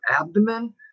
abdomen